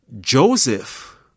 Joseph